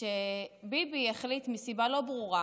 כשביבי החליט מסיבה לא ברורה